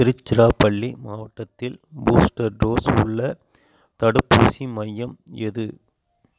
திருச்சிராப்பள்ளி மாவட்டத்தில் booster dose உள்ள தடுப்பூசி மையம் எது